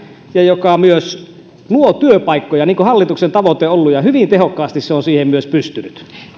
hyvä ja joka myös luo työpaikkoja niin kuin hallituksen tavoite on ollut ja hyvin tehokkaasti se on siihen myös pystynyt arvoisa rouva